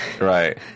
Right